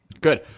Good